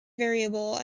variable